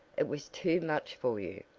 it was too much for you,